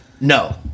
No